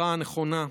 ההכרעה הנכונה.